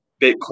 Bitcoin